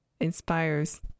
inspires